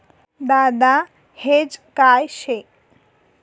दादा हेज काय शे?